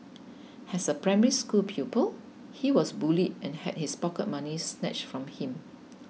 has a Primary School pupil he was bullied and had his pocket money snatched from him